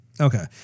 okay